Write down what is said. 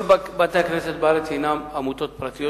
הוא עמותה פרטית,